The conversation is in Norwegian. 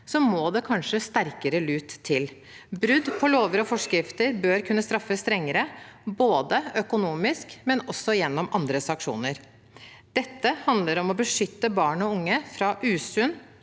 må det kanskje sterkere lut til. Brudd på lover og forskrifter bør kunne straffes strengere, både økonomisk og gjennom andre sanksjoner. Dette handler om å beskytte barn og unge fra usunn